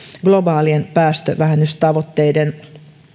globaalien päästövähennystavoitteiden